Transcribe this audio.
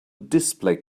display